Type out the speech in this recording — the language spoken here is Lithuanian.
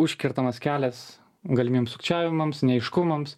užkertamas kelias galimiems sukčiavimams neaiškumams